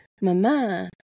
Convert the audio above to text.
mama